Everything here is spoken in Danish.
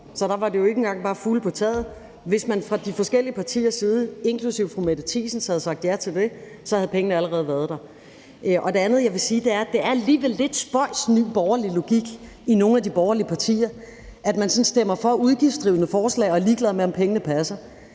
Så der var det ikke engang bare fugle på taget. Hvis man fra de forskellige partiers side, inklusive fru Mette Thiesens, havde sagt ja til det, havde pengene allerede været der. Det andet, jeg vil sige, er, at det alligevel er en lidt spøjs, ny borgerlig logik i nogle af de borgerlige partier, at man sådan stemmer for udgiftsdrivende forslag, men er ligeglad med, om pengene passer.